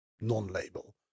non-label